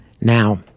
now